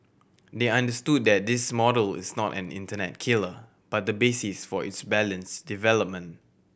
they understood that this model is not an internet killer but the basis for its balanced development